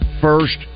First